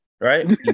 right